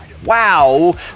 wow